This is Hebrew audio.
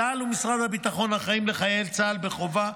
צה"ל ומשרד הביטחון אחראים לחיילי צה"ל בחובה,